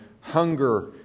hunger